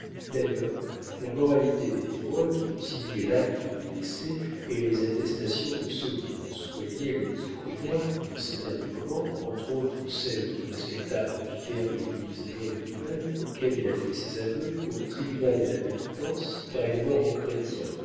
d'ailleurs la moralité des témoins qui ont signé l'acte de décès et les attestations de ceux qui ont soigné ledit bourignard dans ses derniers moments entre autres celle du respectable vicaire de l'église bonne-nouvelle auquel il a fait ses aveux au tribunal de la pénitence car il est mort en chrétien